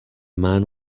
man